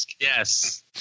yes